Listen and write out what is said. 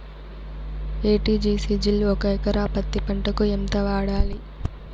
ఎ.టి.జి.సి జిల్ ఒక ఎకరా పత్తి పంటకు ఎంత వాడాలి?